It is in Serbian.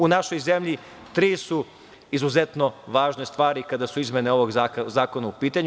U našoj zemlji tri su izuzetno važne stvari kada su izmene ovog zakona u pitanju.